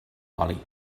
oli